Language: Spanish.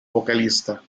vocalista